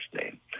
name